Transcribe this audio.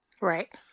Right